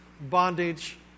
bondage